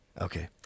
Okay